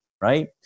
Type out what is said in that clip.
right